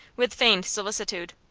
with feigned solicitude.